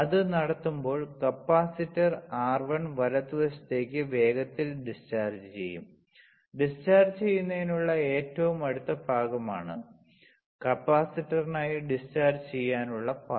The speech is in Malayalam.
അത് നടത്തുമ്പോൾ കപ്പാസിറ്റർ R1 വലതുവശത്തേക്ക് വേഗത്തിൽ ഡിസ്ചാർജ് ചെയ്യും ഡിസ്ചാർജ് ചെയ്യുന്നതിനുള്ള ഏറ്റവും അടുത്ത ഭാഗമാണ് കപ്പാസിറ്ററിനായി ഡിസ്ചാർജ് ചെയ്യാനുള്ള പാത